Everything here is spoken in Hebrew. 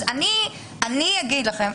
אז אגיד לכם.